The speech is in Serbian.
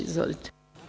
Izvolite.